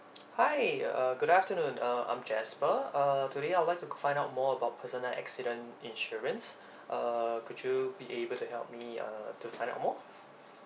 hi uh good afternoon uh I'm jasper uh today I would like to find out more about personal accident insurance uh could you be able to help me uh to find out more